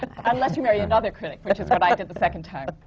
and unless you marry another critic, which is what i did the second time.